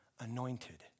anointed